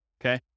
Okay